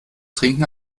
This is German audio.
trinken